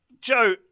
Joe